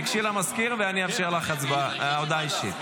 תיגשי למזכיר ואני אאפשר לך הודעה אישית.